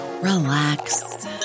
relax